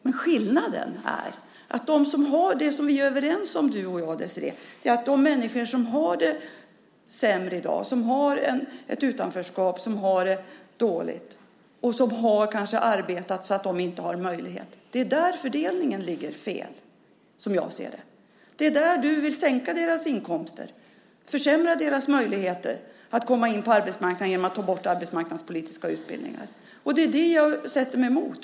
Men skillnaden mellan oss gäller de människor som har det sämre i dag, som befinner sig i ett utanförskap, som har det dåligt och som kanske har arbetat men inte längre har en möjlighet att ta ett jobb. Som jag ser det är det där som fördelningen är fel. Du vill sänka deras inkomster och försämra deras möjligheter att komma in på arbetsmarknaden genom att ta bort arbetsmarknadspolitiska utbildningar. Det är det som jag sätter mig emot.